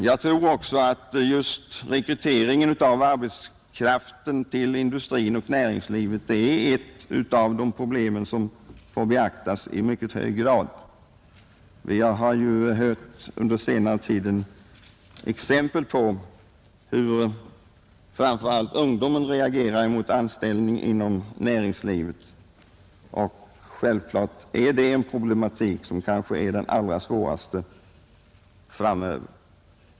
Jag tror också att rekryteringen av arbetskraften till industrin och näringslivet är ett av de problem som får beaktas i mycket hög grad. Vi har ju under senare tid fått exempel på hur framför allt ungdomen reagerar emot anställning inom näringslivet, och det är en problematik som kanske blir den allra allvarligaste i framtiden.